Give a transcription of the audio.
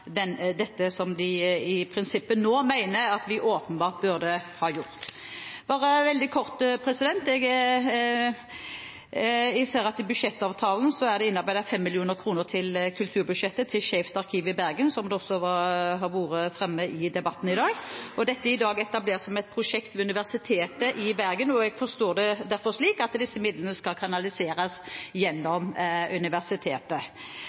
dette som de i prinsippet nå mener at vi åpenbart burde ha gjort. Jeg ser at i budsjettavtalen er det innarbeidet 5 mill. kr i kulturbudsjettet til Skeivt arkiv i Bergen, som også har vært fremme i debatten i dag. Dette er i dag etablert som et prosjekt ved Universitetet i Bergen. Jeg forstår det derfor slik at disse midlene skal kanaliseres gjennom Universitetet.